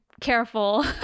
careful